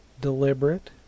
deliberate